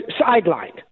sidelined